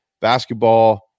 Basketball